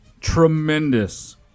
tremendous